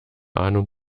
ahnung